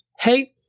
Hey